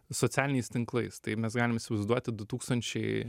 socialiniais tinklais tai mes galim įsivaizduoti du tūkstančiai